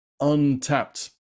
untapped